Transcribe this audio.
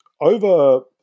over